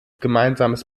gemeinsames